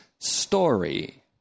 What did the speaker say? story